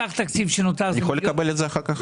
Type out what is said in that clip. סך התקציב שנותר זה --- אני יכול לקבל את זה אחר כך?